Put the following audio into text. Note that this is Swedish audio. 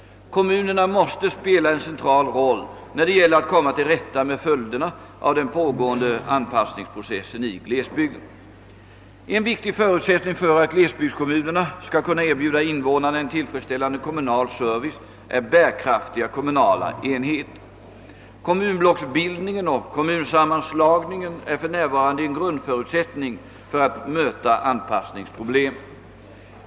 Kommunerna måste spela en central roll när det gäller att komma till rätta med följderna av den pågående anpassningsprocessen i glesbygderna. En viktig förutsättning för att glesbygdskommunerna skall kunna erbjuda invånarna en tillfredsställande kommunal service är bärkraftiga kommunala enheter. Kommunblocksbildningen och kommunsammanslagningen är för närvarande en grundförutsättning för att möta anpassningsproblemen.